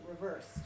reversed